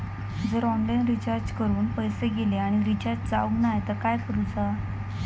जर online recharge करून पैसे गेले आणि रिचार्ज जावक नाय तर काय करूचा?